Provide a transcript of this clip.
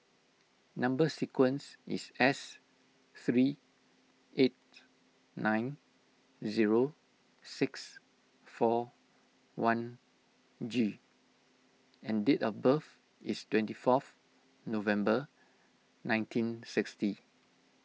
Number Sequence is S three eight nine zero six four one G and date of birth is twenty fourth November nineteen sixty